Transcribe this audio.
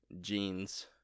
jeans